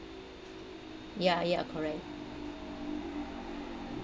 yeah yeah correct